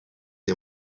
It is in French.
des